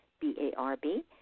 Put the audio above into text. B-A-R-B